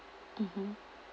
mmhmm